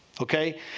Okay